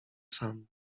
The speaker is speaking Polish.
sam